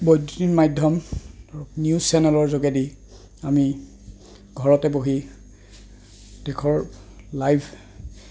বৈদ্যুতিন মাধ্যম ধৰক নিউজ চেনেলৰ যোগেদি আমি ঘৰতে বহি দেশৰ লাইভ